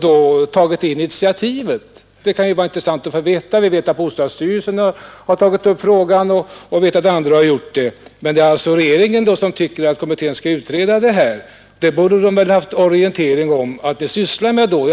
Det kan vara intressant att få veta detta. Vi vet att bostadsstyrelsen har tagit upp frågan och att även andra har gjort det, men tydligen anser regeringen att familjepolitiska kommittén skall utreda även den här saken. Då borde väl kommittén ha orienterat regeringen om att den sysslar med detta.